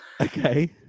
Okay